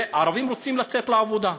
ערבים רוצים לצאת לעבודה,